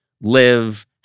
live